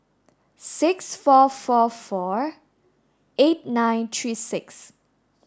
six four four four eight nine three six